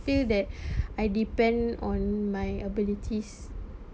feel that I depend on my abilities